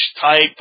type